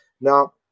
Now